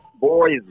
Boys